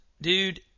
dude